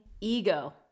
Ego